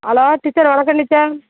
hello teacher வணக்கம் teacher